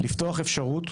לפתוח אפשרות